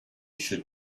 should